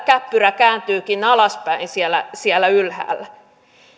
käppyrä kääntyykin alaspäin siellä siellä ylhäällä